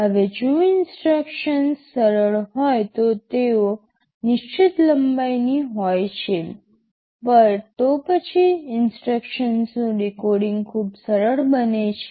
હવે જો ઇન્સટ્રક્શન્સ સરળ હોય તો તેઓ નિશ્ચિત લંબાઈની હોય છે તો પછી ઇન્સટ્રક્શનનું ડીકોડિંગ ખૂબ સરળ બને છે